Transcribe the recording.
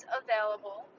available